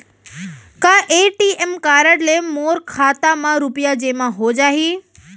का ATM card ले मोर खाता म रुपिया जेमा हो जाही?